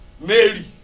Mary